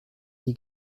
die